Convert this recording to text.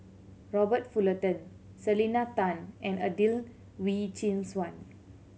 Robert Fullerton Selena Tan and Adelene Wee Chin Suan